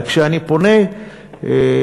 וכשאני פונה למנכ"ל